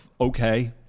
okay